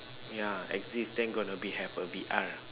ya exist then gonna be have a V_R